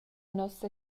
nossa